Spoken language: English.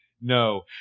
no